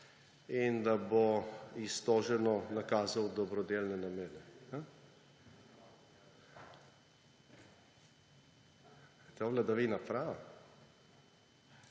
in da bo iztoženo nakazal v dobrodelne namene. Je to vladavina prava?